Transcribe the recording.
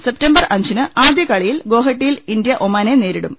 September അഞ്ചിന് ആദ്യ കളിയിൽ ഗോഹട്ടിയിൽ ഇന്ത്യ ഒമാനെ നേരി ടും